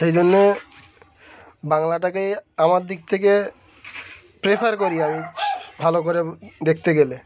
সেই জন্যে বাংলাটাকেই আমার দিক থেকে প্রেফার করি আমি ভালো করে দেখতে গেলে